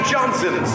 Johnson